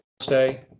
stay